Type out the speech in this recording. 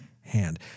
hand